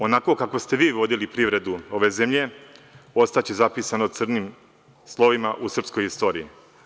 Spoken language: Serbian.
Onako kako ste vi vodili privredu ove zemlje ostaće zapisano crnim slovima u srpskoj istoriji.